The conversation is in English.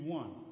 one